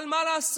אבל מה לעשות,